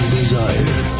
desire